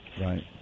Right